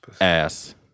ass